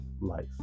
life